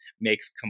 makes